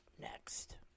next